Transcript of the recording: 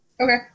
Okay